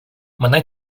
мене